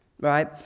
right